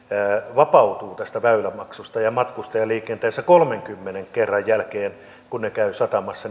vapautuu tästä väylämaksusta ja ja matkustajaliikenteessä kolmenkymmenen kerran jälkeen kun ne käyvät satamassa